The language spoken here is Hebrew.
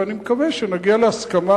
ואני מקווה שנגיע להסכמה,